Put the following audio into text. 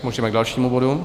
Můžeme k dalšímu bodu.